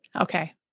Okay